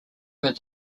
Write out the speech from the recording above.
where